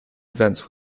events